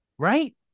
Right